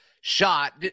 shot